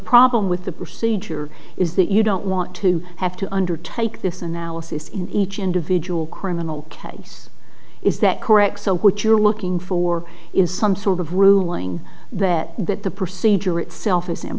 problem with the procedure is that you don't want to have to undertake this analysis in each individual criminal case is that correct so what you're looking for is some sort of ruling that that the procedure itself is